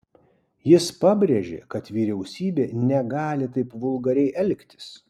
jis pabrėžė kad vyriausybė negali taip vulgariai elgtis